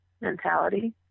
mentality